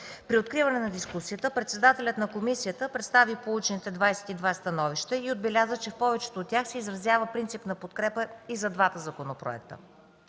При откриване на дискусията председателят на комисията представи получените 22 становища и отбеляза, че в повечето от тях се изразява принципна подкрепа и за двата законопроекта.